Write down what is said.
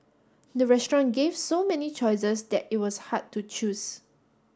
the restaurant gave so many choices that it was hard to choose